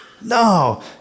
No